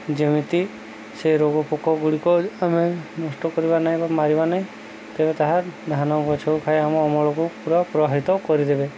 ଯେମିତି ସେ ରୋଗ ପୋକଗୁଡ଼ିକ ଆମେ ନଷ୍ଟ କରିବା ନାହିଁ ବା ମାରିବା ନାହିଁ ତେବେ ତାହା ଧାନ ଗଛ ଖାଇ ଆମ ଅମଳକୁ ପୁରା ପ୍ରଭାବିତ କରିଦେବେ